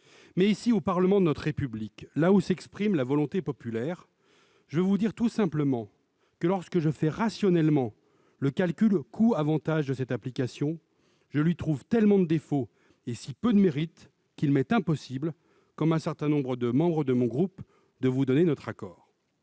au sein du Parlement de notre République, où s'exprime la volonté populaire, je dois vous dire que lorsque je fais rationnellement le calcul des coûts et des avantages de cette application, je lui trouve tellement de défauts et si peu de mérites qu'il m'est impossible, comme à un certain nombre de membres de mon groupe, de vous donner mon accord.